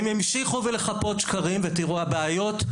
הם המשיכו ולכפות שקרים ותראו הבעיות.